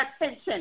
attention